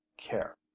Care